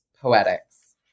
poetics